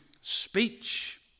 speech